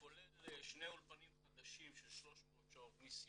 כולל שני אולפנים חדשים של 300 שנות, ניסיוניים,